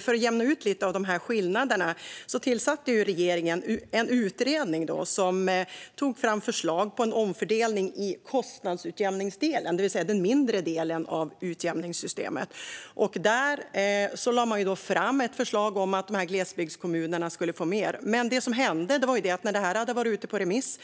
För att jämna ut lite av skillnaderna tillsatte regeringen en utredning som tog fram förslag om en omfördelning i kostnadsutjämningsdelen, det vill säga den mindre delen av utjämningssystemet. Utredningen lade fram ett förslag om att glesbygdskommunerna skulle få mer. Men det som hände var att när förslaget varit ute på remiss